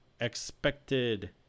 expected